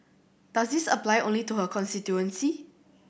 does this apply only to her constituency